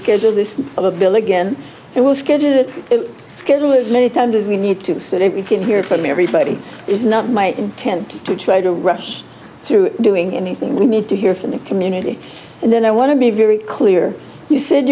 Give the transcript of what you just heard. schedule this village in it will schedule the schedule as many times as we need to sit and we can hear from everybody is not my intent to try to rush through doing anything we need to hear from the community and then i want to be very clear you said